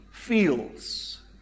feels